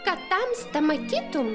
kad tamsta matytum